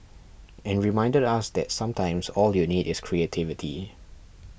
and reminded us that sometimes all you need is creativity